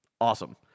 Awesome